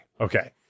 Okay